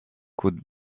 could